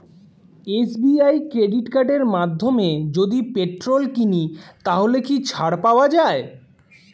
SBI credit কার্ডের মাধ্যমে যদি পেট্রোল কিনি তাহলে কি ছাড় পাওয়া যায়?